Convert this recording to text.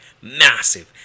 massive